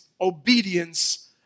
obedience